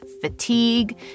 fatigue